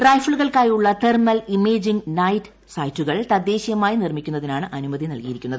റൈഫിളുകൾക്കായുള്ള thermal imaging night സൈറ്റുകൾ തദ്ദേശീയമായി നിർമ്മിക്കുന്നതിനാണ് അനുമതി നൽകിയിരിക്കുന്നത്